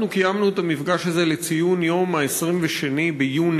אנחנו קיימנו את המפגש הזה לציון יום 22 ביוני.